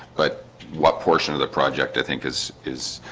but what portion of the project i think is is